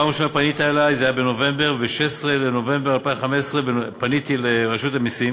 פעם ראשונה פנית אלי ב-16 בנובמבר 2015. פניתי לרשות המסים